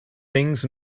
things